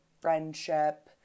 friendship